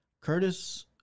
Curtis